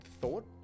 thought